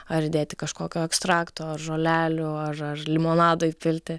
ar įdėti kažkokio ekstrakto ar žolelių ar ar limonado įpilti